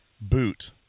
boot